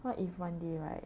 what if one day right